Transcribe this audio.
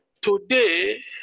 Today